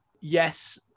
yes